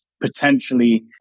potentially